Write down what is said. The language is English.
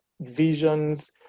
visions